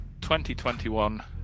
2021